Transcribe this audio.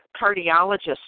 cardiologist